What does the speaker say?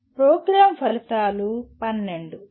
programme ఫలితాలు 12